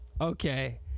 okay